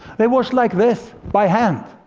they wash like this. by hand.